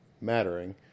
mattering